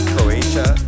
Croatia